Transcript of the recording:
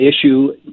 issue